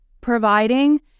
providing